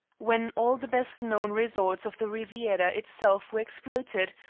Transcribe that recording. when all the best known resorts of the riviera itself were exploited,